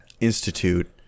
institute